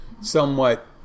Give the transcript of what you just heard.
somewhat